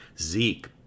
Zeke